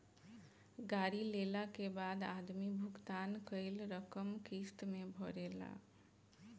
गाड़ी लेला के बाद आदमी भुगतान कईल रकम किस्त में भरेला